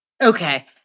Okay